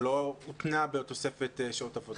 זה לא הותנה בתוספת שעות עבודה.